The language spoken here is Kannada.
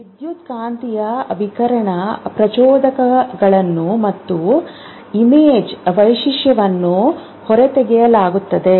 ವಿದ್ಯುತ್ಕಾಂತೀಯ ವಿಕಿರಣ ಪ್ರಚೋದಕಗಳು ಮತ್ತು ಇಮೇಜ್ ವೈಶಿಷ್ಟ್ಯವನ್ನು ಹೊರತೆಗೆಯಲಾಗುತ್ತದೆ